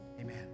amen